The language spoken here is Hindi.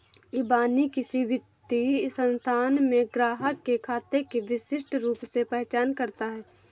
इबानी किसी वित्तीय संस्थान में ग्राहक के खाते की विशिष्ट रूप से पहचान करता है